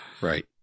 Right